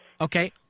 Okay